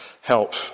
help